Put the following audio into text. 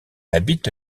habite